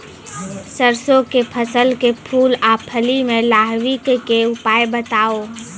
सरसों के फसल के फूल आ फली मे लाहीक के उपाय बताऊ?